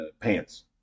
pants